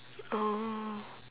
oh